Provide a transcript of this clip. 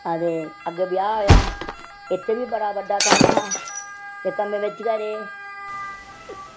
ते अग्गें ब्याह् होया इत्त बी बड़ा बड्डा कम्म हा ते कम्में बिच गै रेह्